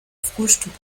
frühstück